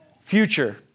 future